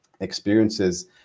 experiences